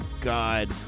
God